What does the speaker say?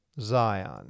Zion